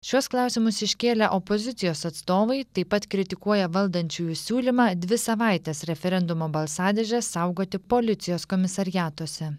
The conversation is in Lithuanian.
šiuos klausimus iškėlė opozicijos atstovai taip pat kritikuoja valdančiųjų siūlymą dvi savaites referendumo balsadėžę saugoti policijos komisariatuose